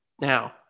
Now